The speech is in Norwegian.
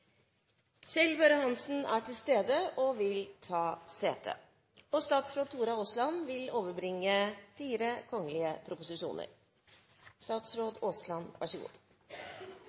Kjell Børre Hansen er til stede og vil ta sete. Representanten Solveig Horne vil